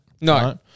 No